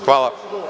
Hvala.